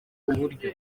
uburyo